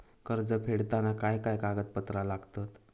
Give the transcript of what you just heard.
कर्ज फेडताना काय काय कागदपत्रा लागतात?